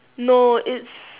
no it's